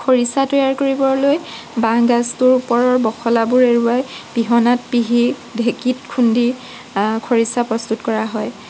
খৰিচা তৈয়াৰ কৰিবলৈ বাঁহগাজটোৰ ওপৰৰ বখলাটো এৰুৱাই পিহনাত পিহি ঢেঁকীত খুন্দি খৰিচা প্ৰস্তুত কৰা হয়